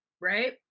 right